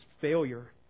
failure